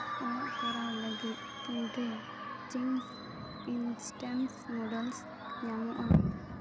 ᱚᱲᱟᱜ ᱠᱚᱨᱟᱣ ᱞᱟᱹᱜᱤᱫ ᱛᱤᱱᱨᱮ ᱪᱤᱝᱜᱥ ᱤᱱᱥᱴᱮᱱᱴ ᱱᱩᱰᱚᱞᱥ ᱧᱟᱢᱚᱜᱼᱟ